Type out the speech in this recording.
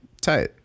Tight